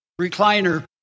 recliner